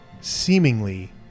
seemingly